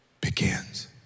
begins